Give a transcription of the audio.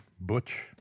Butch